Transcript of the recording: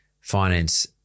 finance